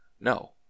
no